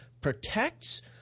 protects